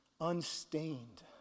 unstained